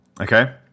Okay